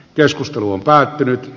keskustelu on päättynyt